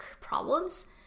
problems